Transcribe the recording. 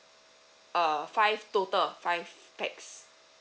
uh five total five pax